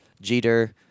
Jeter